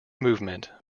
movement